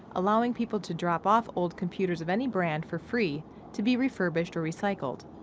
allowing people to drop off old computers of any brand for free to be refurbished or recycled.